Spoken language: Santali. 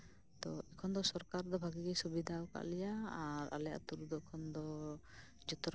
ᱛᱚ ᱮᱠᱷᱚᱱ ᱫᱚ ᱥᱚᱨᱠᱟᱨ ᱫᱚ ᱵᱷᱟᱜᱮᱜᱮ ᱥᱩᱵᱷᱤᱫᱷᱟ ᱟᱠᱟᱫ ᱞᱮᱭᱟ ᱟᱨ ᱟᱞᱮ ᱟᱛᱳ ᱨᱮᱫᱚ ᱮᱠᱷᱚᱱ ᱫᱚ ᱡᱷᱚᱛᱚ ᱨᱚᱠᱚᱢ